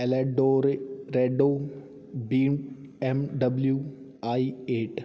ਐਲਡੋਰੇ ਰੈਡੋ B M W I eight